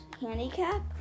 handicap